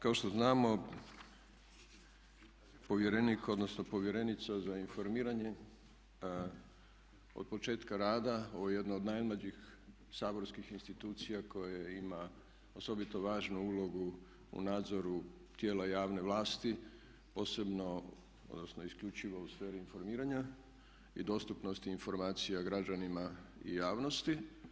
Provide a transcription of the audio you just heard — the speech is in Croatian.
Kao što znamo povjerenik, odnosno povjerenica za informiranje od početka rada, ovo je jedna od najmlađih saborskih institucija koja ima osobito važnu ulogu u nadzoru tijela javne vlasti posebno, odnosno isključivo u sferi informiranja i dostupnosti informacija građanima i javnosti.